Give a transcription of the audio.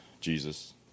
Jesus